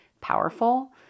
powerful